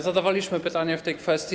Zadawaliśmy pytanie w tej kwestii.